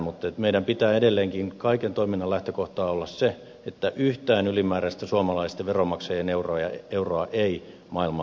mutta meillä pitää edelleenkin kaiken toiminnan lähtökohta olla se että yhtään ylimääräistä suomalaisten veronmaksajien euroa ei maailmalle viedä